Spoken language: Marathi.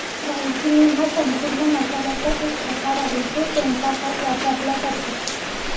दालचिनी हा संपूर्ण मसाल्याचा एक प्रकार आहे, तो स्वयंपाकात वापरला जातो